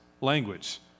language